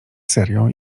serio